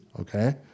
okay